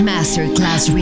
Masterclass